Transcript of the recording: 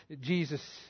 Jesus